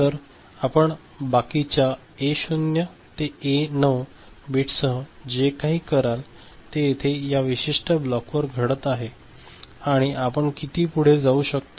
तर आपण बाकीच्या A0 ते A9 बिटसह जे काही कराल ते येथे या विशिष्ट ब्लॉकमध्ये घडत आहे आणि आपण किती पुढे जाऊ शकता